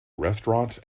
restaurants